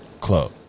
club